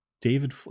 David